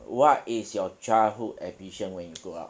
what is your childhood ambition when you grow up